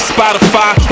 Spotify